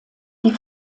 die